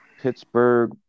Pittsburgh